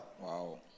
Wow